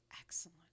Excellent